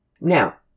Now